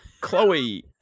Chloe